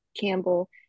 Campbell